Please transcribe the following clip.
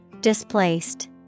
Displaced